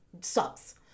sucks